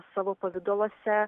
savo pavidaluose